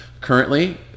currently